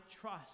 trust